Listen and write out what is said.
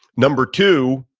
number two,